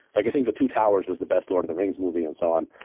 like i think the two towers was the best lord of the rings movie and so on.